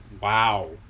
Wow